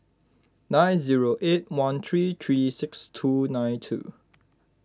nine zero eight one three three six two nine two